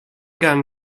gun